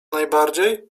najbardziej